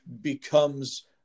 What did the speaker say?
becomes